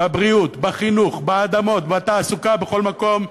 בבריאות, בחינוך, באדמות, בתעסוקה, בכל מקום,